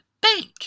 bank